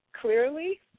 clearly